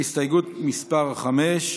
הסתייגות מס' 5,